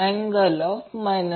तर हे 120° वेगळे आहे